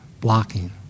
blocking